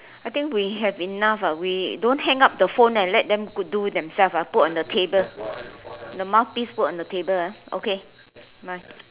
I think we have enough ah we don't hang up the phone and let them do themselves ah put on the table the mouthpiece put on the table ah okay bye